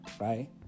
right